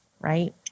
Right